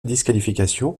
disqualification